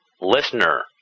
listener